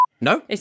No